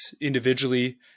individually